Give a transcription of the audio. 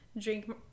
drink